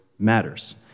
matters